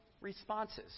responses